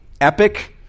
epic